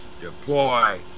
deploy